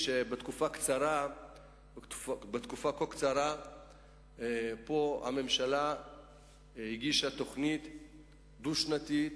בתקופה כה קצרה הממשלה הגישה תוכנית דו-שנתית,